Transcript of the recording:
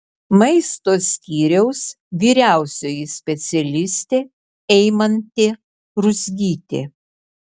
maisto skyriaus vyriausioji specialistė eimantė ruzgytė